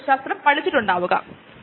അവ മൂന്നിൽ ഒരു മോഡിൽ പ്രവർത്തിക്കാം